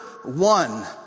One